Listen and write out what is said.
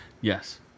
Yes